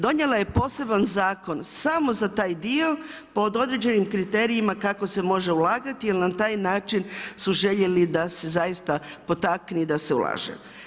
Donijela je poseban zakon samo za taj dio pod određenim kriterijima kako se može ulagati jel na taj način su željeli da se potakne i da se ulaže.